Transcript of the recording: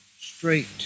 straight